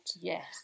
Yes